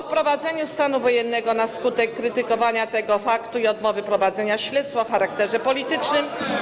Po wprowadzeniu stanu wojennego na skutek krytykowania tego faktu i odmowy prowadzenia śledztw o charakterze politycznym.